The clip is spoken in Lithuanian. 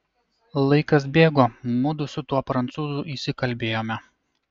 laikas bėgo mudu su tuo prancūzu įsikalbėjome